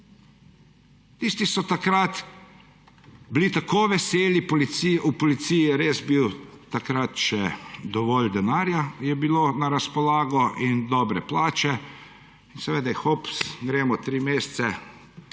Tisti so takrat bili tako veseli, v policiji je takrat res bilo še dovolj denarja na razpolago in dobre plače. In seveda, hops, gremo! Tri mesece